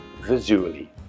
visually